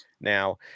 Now